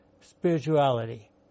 spirituality